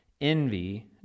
envy